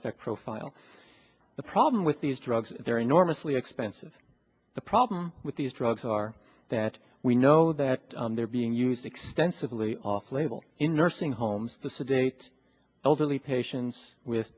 effect profile the problem with these drugs they're enormously expensive the problem with these drugs are that we know that they're being used extensively off label in nursing homes to sedate elderly patients with